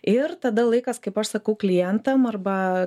ir tada laikas kaip aš sakau klientam arba